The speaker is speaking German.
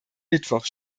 mittwoch